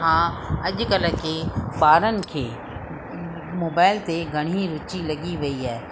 हा अॼुकल्ह खे ॿारनि खे मोबाइल ते घणी ई रुचि लॻी वई आहे